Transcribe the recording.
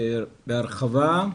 בהרחבה.